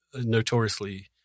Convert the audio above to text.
notoriously